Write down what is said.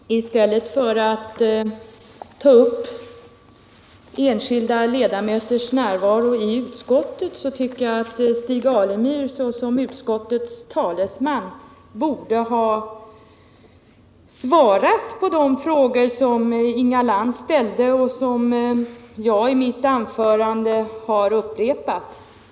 Herr talman! I stället för att ta upp enskilda ledamöters närvaro i utskottet tycker jag att Stig Alemyr såsom utskottets talesman borde ha svarat på de frågor som Inga Lantz ställde och som jag har upprepat i mitt anförande.